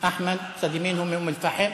אחמד, צד ימין, הוא מאום-אלפחם.